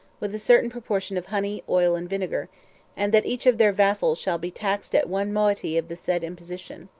with a certain proportion of honey, oil, and vinegar and that each of their vassals shall be taxed at one moiety of the said imposition.